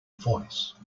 voice